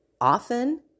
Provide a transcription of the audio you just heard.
Often